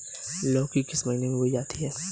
लौकी किस महीने में बोई जाती है?